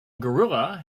gorilla